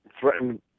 threatened